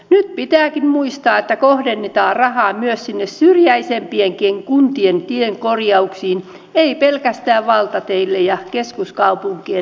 nyt pitääkin muistaa että kohdennetaan rahaa myös sinne syrjäisempienkin kuntien teiden korjauksiin ei pelkästään valtateille ja keskuskaupunkien liepeille